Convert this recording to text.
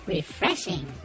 Refreshing